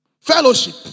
Fellowship